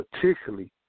particularly